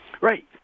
right